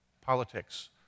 politics